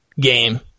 game